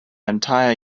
entire